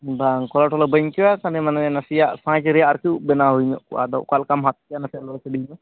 ᱵᱟᱝ ᱠᱚᱞᱟ ᱴᱚᱞᱟ ᱵᱟᱹᱧ ᱟᱹᱭᱠᱟᱣᱟ ᱠᱷᱟᱹᱞᱤ ᱢᱟᱱᱮ ᱱᱟᱥᱮᱭᱟᱜ ᱥᱟᱸᱡᱽ ᱨᱮᱭᱟᱜ ᱟᱨᱠᱤ ᱩᱵ ᱵᱮᱱᱟᱣ ᱦᱩᱭ ᱧᱚᱜ ᱠᱚᱜᱼᱟ ᱟᱫᱚ ᱚᱠᱟ ᱞᱮᱠᱟᱢ ᱦᱟᱛ ᱠᱮᱭᱟ ᱱᱟᱥᱮᱭᱟᱜ ᱞᱟᱹᱭ ᱥᱟᱰᱮᱭᱟᱹᱧ ᱢᱮ